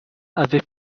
avaient